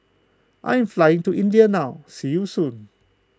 I'm flying to India now see you soon